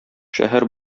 шәһәр